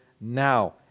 now